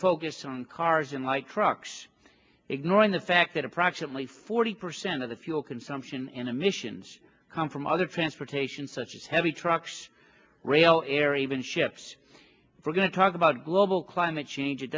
focus on cars and light trucks ignoring the fact that approximately forty percent of the fuel consumption emissions come from other transportation such as heavy trucks rail air even ships we're going to talk about global climate change it